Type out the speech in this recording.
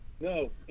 No